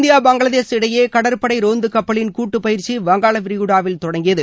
India Bangladesh இடையே கடற்படை ரோந்து கப்பலின் கூட்டுப்பயிற்சி வங்காளாவிரிகுடாவில் தொடங்கியது